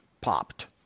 popped